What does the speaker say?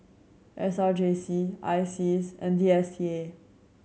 S R J C I S E A S and D S T A